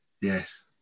Yes